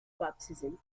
baptism